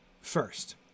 first